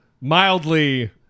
mildly